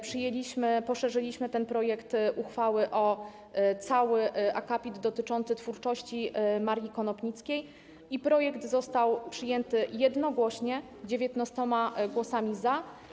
Poszerzyliśmy ten projekt uchwały o cały akapit dotyczący twórczości Marii Konopnickiej i projekt został przyjęty jednogłośnie 19 głosami za.